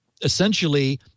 essentially